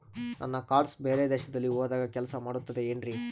ನನ್ನ ಕಾರ್ಡ್ಸ್ ಬೇರೆ ದೇಶದಲ್ಲಿ ಹೋದಾಗ ಕೆಲಸ ಮಾಡುತ್ತದೆ ಏನ್ರಿ?